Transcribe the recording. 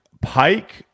Pike